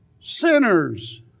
sinners